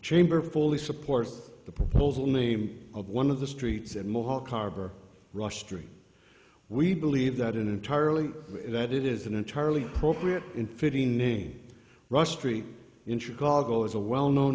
chamber fully supports the proposal name of one of the streets at mohawk harbor rush street we believe that it entirely that it is an entirely appropriate in fitting name russ treat in chicago as a well known